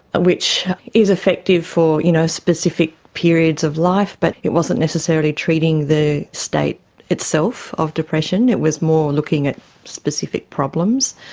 which is effective for you know specific periods of life but it wasn't necessarily treating the state itself of depression, it was more looking at specific problems.